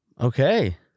Okay